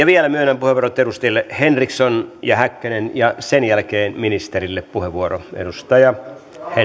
vielä myönnän puheenvuorot edustajille henriksson ja häkkänen ja sen jälkeen ministerille puheenvuoro